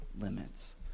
limits